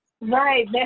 right